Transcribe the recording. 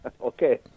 Okay